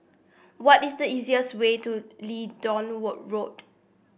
what is the easiest way to Leedon world Road